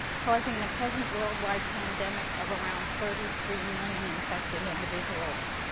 causing the present worldwide pandemic of around thirty three million infected individuals?